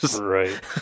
Right